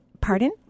pardon